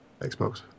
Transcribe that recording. Xbox